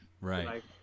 Right